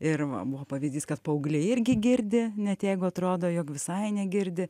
ir va buvo pavyzdys kad paaugliai irgi girdi net jeigu atrodo jog visai negirdi